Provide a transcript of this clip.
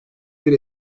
bir